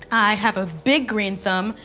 i have a big green thumb.